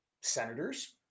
senators